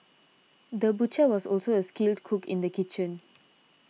the butcher was also a skilled cook in the kitchen